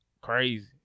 crazy